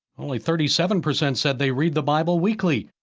only thirty seven percent said they read the bible weekly,